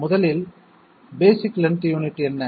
முதலில் basic length unit என்ன